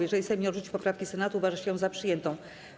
Jeżeli Sejm nie odrzuci poprawek Senatu, uważa się je za przyjęte.